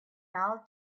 fell